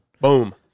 Boom